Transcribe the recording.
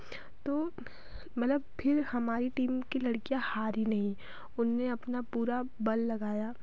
तो मतलब फिर हमारी टीम की लड़कियाँ हारी नहीं उन्होंने अपना पूरा बल लगाया